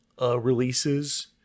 releases